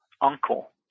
uncle